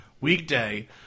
Weekday